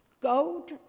Gold